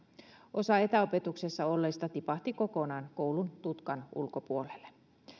osa etäopetuksessa olleista tipahti kokonaan koulun tutkan ulkopuolelle